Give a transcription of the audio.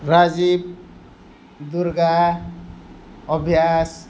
राजिव दुर्गा अभ्यास